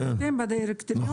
--- בדירקטוריון.